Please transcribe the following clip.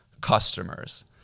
customers